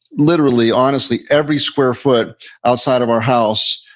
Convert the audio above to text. literally, honestly every square foot outside of our house,